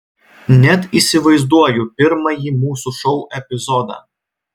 net įsivaizduoju pirmąjį mūsų šou epizodą